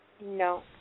No